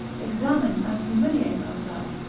examine and humiliate ourselves,